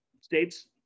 states